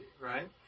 right